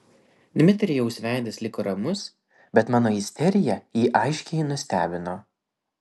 dmitrijaus veidas liko ramus bet mano isterija jį aiškiai nustebino